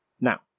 Now